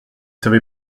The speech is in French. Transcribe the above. savez